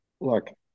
look